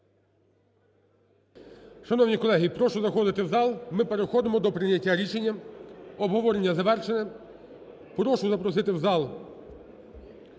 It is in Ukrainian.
Шановні колеги, прошу заходити в зал. Ми переходимо до прийняття рішення, обговорення завершене. Прошу запросити в зал